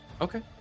Okay